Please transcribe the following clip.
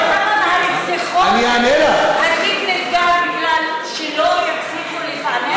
אתה יודע בכמה מהרציחות התיק נסגר כי לא הצליחו לפענח אותו?